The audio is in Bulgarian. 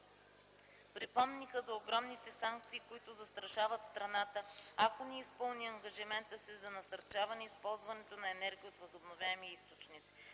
Припомниха за огромните санкции, които застрашават страната ако не изпълни ангажимента си за насърчаване използването на енергия от възобновяеми източници.